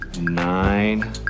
nine